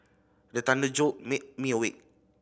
the thunder jolt me me awake